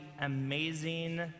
amazing